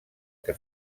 que